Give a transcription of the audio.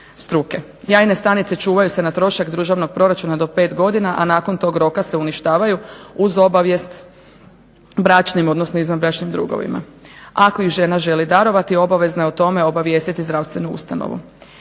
Jajne stanice čuvaju se na trošak državnog proračuna do 5 godina, a nakon tog roka se uništavaju uz obavijest bračnim, odnosno izvanbračnim drugovima. Ako ih žena želi darovati obavezna je o tome obavijestiti zdravstvenu ustanovu.